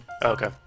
Okay